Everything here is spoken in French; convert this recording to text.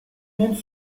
monde